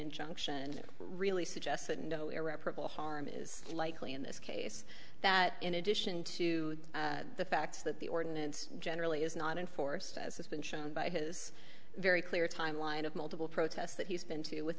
injunction really suggests that no irreparable harm is likely in this case that in addition to the fact that the ordinance generally is not enforced as has been shown by his very clear timeline of multiple protests that he's been to with